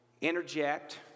interject